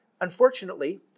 Unfortunately